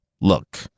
Look